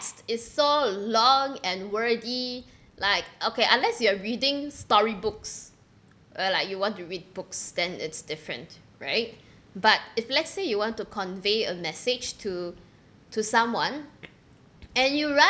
is so long and wordy like okay unless you are reading storybooks uh like you want to read books then it's different right but if let's say you want to convey a message to to someone and you